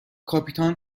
کاپیتان